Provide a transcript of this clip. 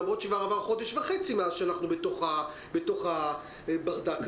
למרות שכבר עבר חודש וחצי מאז שאנחנו בתוך הברדק הזה.